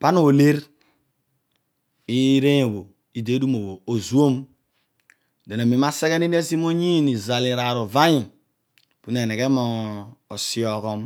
pana iteeny obho idi tedum otho ozuom, den, amen asaghe, nini osimoyin ni izal ni raar uvanyu, pa meneghe mo sighom.